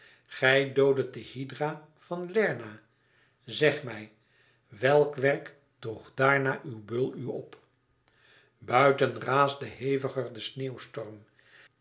gij dooddet de hydra van lerna zeg mij welk werk droeg daarna uw beul u op buiten raasde heviger de